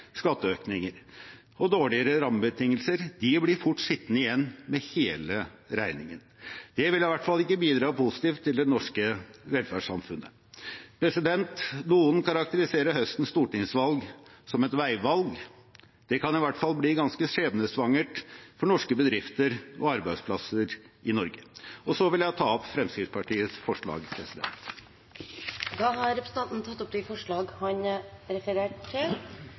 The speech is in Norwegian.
skatteøkninger og dårlige rammebetingelser, blir fort sittende igjen med hele regningen. Det vil i hvert fall ikke bidra positivt til det norske velferdssamfunnet. Noen karakteriserer høstens stortingsvalg som et veivalg. Det kan i hvert fall bli ganske skjebnesvangert for norske bedrifter og arbeidsplasser i Norge. Så vil jeg ta opp Fremskrittspartiets forslag. Representanten Hans Andreas Limi har tatt opp de forslagene han refererte til.